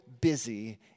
busy